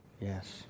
Yes